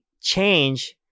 change